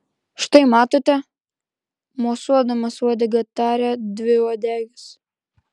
štai matote mosuodamas uodega tarė dviuodegis